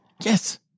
yes